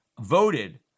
voted